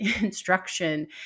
instruction